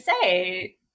say